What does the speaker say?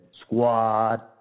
Squad